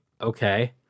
okay